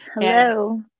Hello